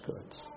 goods